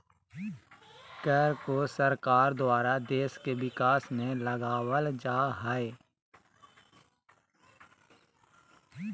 कर को सरकार द्वारा देश के विकास में लगावल जा हय